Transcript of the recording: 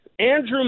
Andrew